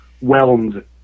whelmed